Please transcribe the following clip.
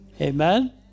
Amen